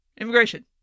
immigration